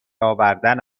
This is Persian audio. آوردن